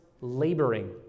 laboring